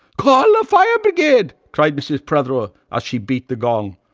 call the fire brigade cried mrs. prothero as she beat the gong.